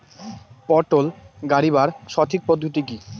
পটল গারিবার সঠিক পদ্ধতি কি?